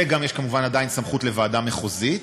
וגם יש כמובן עדיין סמכות לוועדה מחוזית,